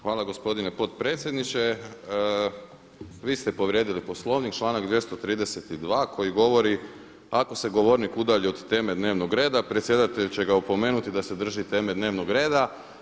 Hvala gospodine potpredsjedniče, vi ste povrijedili Poslovnik članak 232. koji govori ako se govornik udalji od teme dnevnog reda predsjedatelj će ga opomenuti da se drži teme dnevnog reda.